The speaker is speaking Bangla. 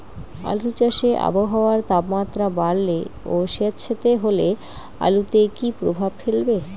আলু চাষে আবহাওয়ার তাপমাত্রা বাড়লে ও সেতসেতে হলে আলুতে কী প্রভাব ফেলবে?